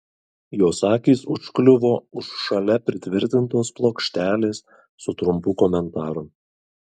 jos akys užkliuvo už šalia pritvirtintos plokštelės su trumpu komentaru